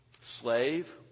Slave